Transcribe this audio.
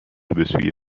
بسوی